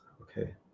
Okay